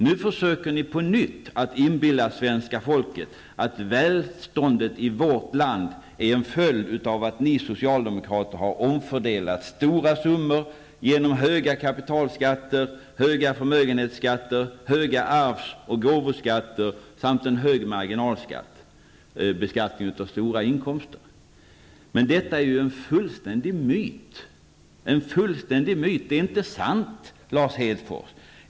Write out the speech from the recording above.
Nu försöker ni på nytt inbilla svenska folket att välståndet i vårt land är en följd av att ni socialdemokrater har omfördelat stora summor genom höga kapitalskatter, höga förmögenhetsskatter, höga arvs och gåvoskatter samt en hög marginalskatt. Detta är ju en fullständig myt! Det är inte sant, Lars Hedfors.